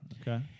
Okay